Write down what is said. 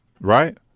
right